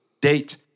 date